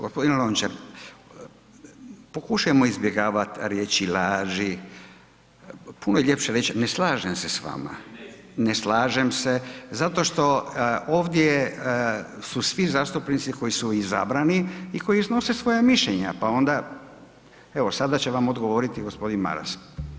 Gospodine Lončar pokušajmo izbjegavati riječi laži, puno je ljepše reći ne slažem se s vama, ne slažem se zato što ovdje su svi zastupnici koji su izabrani i koji iznose svoja mišljenja, pa onda, evo sada će vam odgovoriti gospodin Maras.